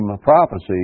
prophecy